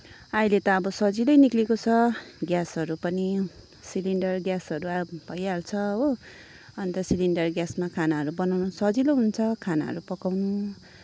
अहिले त अब सजिलै निक्लेको छ ग्यासहरू पनि सिलिन्डर ग्यासहरू अब भइ हाल्छ हो अन्त सिलिन्डर ग्यासमा खानाहरू बनाउनु सजिलो हुन्छ खानाहरू पकाउनु